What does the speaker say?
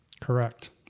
Correct